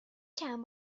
چند